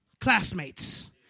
classmates